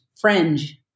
Fringe